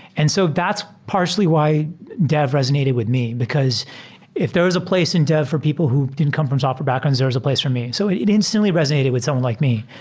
and so that's partially why dev resonated with me, because if there was a place in dev for people who didn t come from software backgrounds, there's a place for me. so it it instantly resonated with someone like me.